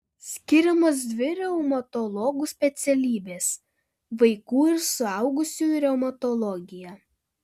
skiriamos dvi reumatologų specialybės vaikų ir suaugusiųjų reumatologija